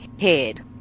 head